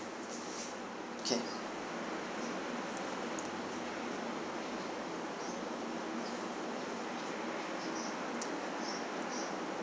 okay